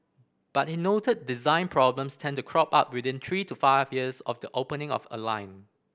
but he noted design problems tend to crop up within three to five years of the opening of a line